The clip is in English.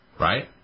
right